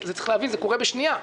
צריך להבין שזה קורה בשנייה.